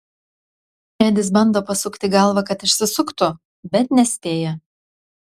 edis bando pasukti galvą kad išsisuktų bet nespėja